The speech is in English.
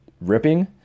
ripping